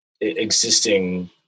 existing